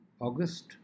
August